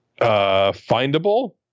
findable